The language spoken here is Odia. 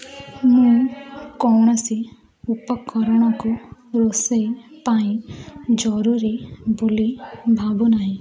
ମୁଁ କୌଣସି ଉପକରଣକୁ ରୋଷେଇ ପାଇଁ ଜରୁରୀ ବୋଲି ଭାବୁନାହିଁ